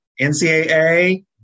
NCAA